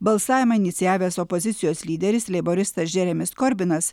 balsavimą inicijavęs opozicijos lyderis leiboristas džeremis korbinas